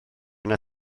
yna